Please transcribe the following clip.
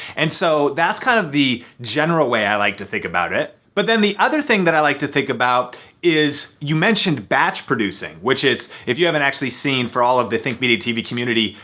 and so that's kind of the general way i like to think about it. but then the other thing that i like to think about is you mentioned batch producing which is if you haven't actually seen, for all of the think media tv community,